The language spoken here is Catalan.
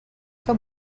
que